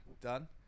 done